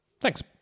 Thanks